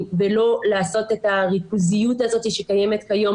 ולא לעשות את הריכוזיות הזאת שקיימת היום,